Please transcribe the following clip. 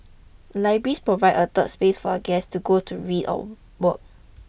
libraries provide a 'third space' for a guest to go to read or work